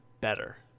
better